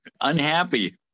unhappy